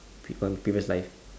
pick one previous life